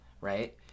right